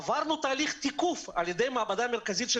עברנו תהליך תיקוף על ידי המעבדה המרכזית של